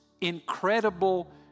incredible